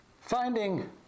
finding